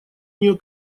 нее